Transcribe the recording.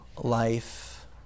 life